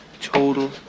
total